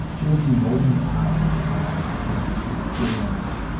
she looks you right in the eye when she talks to you, like she's daring you.